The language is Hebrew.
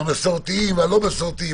את המסורתיים והלא מסורתיים,